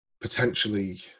potentially